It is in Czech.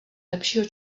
lepšího